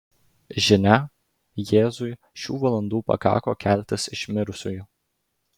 žinia jėzui šių valandų pakako keltis iš mirusiųjų